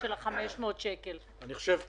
כי בהצעת החוק הזאת אני אבקש לשלב דמי אבטלה לעצמאים.